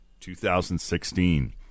2016